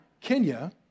Kenya